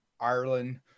Ireland